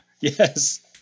Yes